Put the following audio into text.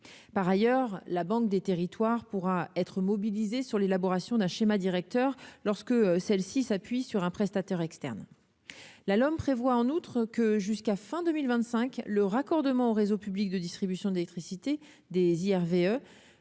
par ailleurs, la banque des territoires pourra être mobilisée sur l'élaboration d'un schéma directeur, lorsque celle-ci s'appuie sur un prestataire externe là l'homme prévoit en outre que jusqu'à fin 2025 le raccordement au réseau public de distribution d'électricité des